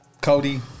Cody